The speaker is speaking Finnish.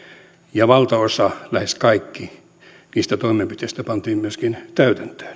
ja valtaosa lähes kaikki niistä toimenpiteistä pantiin myöskin täytäntöön